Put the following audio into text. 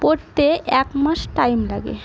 পড়তে এক মাস টাইম লাগে